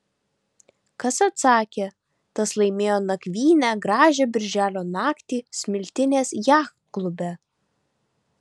kas atsakė tas laimėjo nakvynę gražią birželio naktį smiltynės jachtklube